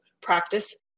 practice